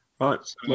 Right